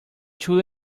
two